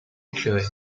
éclairés